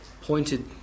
pointed